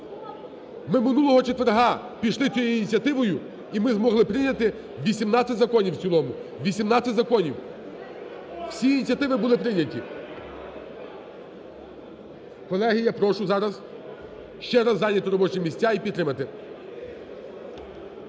Ми минулого четверга пішли цією ініціативою, і ми змогли прийняти 18 законів в цілому, 18 законів. Всі ініціативи були прийняті. Колеги, я прошу зараз ще раз зайняти робочі місця і підтримати.